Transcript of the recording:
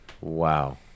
Wow